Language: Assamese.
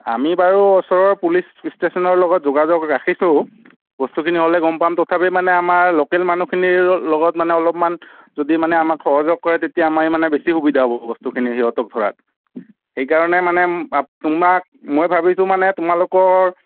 আমি বাৰু ওচৰৰ পুলিচ ষ্টেচনৰ লগত যোগাযোগ ৰাখিছোঁ বস্তুখিনি হ'লে গম পাম তথাপি মানে আমাৰ লোকেল মানুহখিনিৰ লগত মানে অলপমান যদি মানে আমাক সহযোগ কৰে তেতিয়া আমাৰ মানে বেছি সুবিধা হ'ব বস্তুখিনি সিহঁতক ধৰাত সেইকাৰণে মানে আপ তোমাক মই ভাবিছোঁ মানে তোমালোকৰ